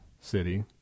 City